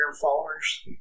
followers